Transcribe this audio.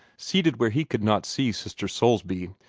seated where he could not see sister soulsby,